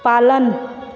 पालन